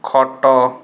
ଖଟ